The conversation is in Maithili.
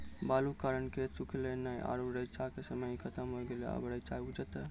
बालू के कारण खेत सुखले नेय आरु रेचा के समय ही खत्म होय गेलै, अबे रेचा उपजते?